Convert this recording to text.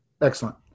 Excellent